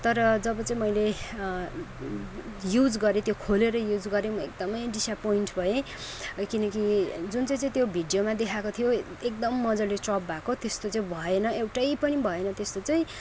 तर जब चाहिँ मैले युज गरेँ त्यो खोलेर युज गरेँ म एकदमै डिस्यापोइन्ट भएँ किनकि जुन चाहिँ चाहिँ त्यो भिडियोमा देखाएको थियो एकदम मज्जाले चप भएको त्यस्तो चाहिँ भएन एउटै पनि भएन त्यस्तो चाहिँ